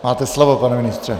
Máte slovo, pane ministře.